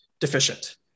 deficient